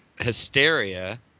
hysteria